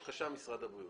בבקשה, משרד הבריאות.